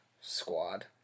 Squad